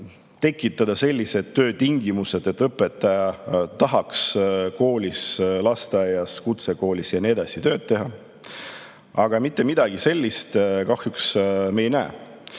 tekitada sellised töötingimused, et õpetaja tahaks koolis, lasteaias, kutsekoolis ja nii edasi tööd teha. Aga mitte midagi sellist kahjuks me ei näe.